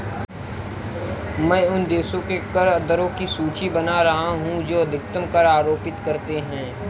मैं उन देशों के कर दरों की सूची बना रहा हूं जो अधिकतम कर आरोपित करते हैं